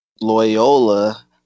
Loyola